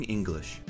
English